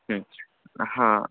हां